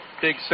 Big